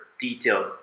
detailed